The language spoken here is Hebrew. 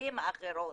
ובמילים אחרות